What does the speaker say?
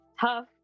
tough